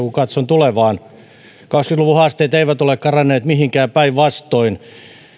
kun katson tulevaan kaksikymmentä luvun haasteet eivät ole kadonneet mihinkään vaan päinvastoin